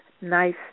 nice